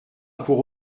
pour